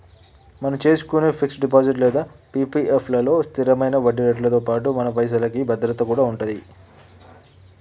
మనం చేసుకునే fix deposit లేదా పి.పి.ఎస్ లలో స్థిరమైన వడ్డీరేట్లతో పాటుగా మన పైసలకి భద్రత కూడా ఉంటది